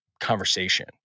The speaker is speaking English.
conversation